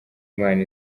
imana